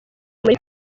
kuri